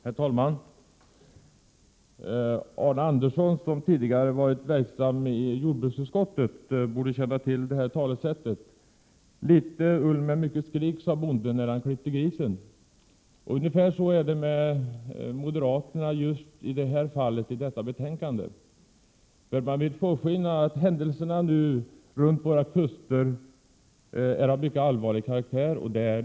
Herr talman! Arne Andersson i Ljung, som tidigare har varit verksam i jordbruksutskottet, borde känna till talesättet: Litet ull men mycket skrik, sade bonden när han klippte grisen. Ungefär så förhåller det sig med moderaterna i fråga om detta betänkande. Man vill påskina att händelserna runt våra kuster är av mycket allvarlig karaktär, vilket de är.